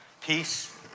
peace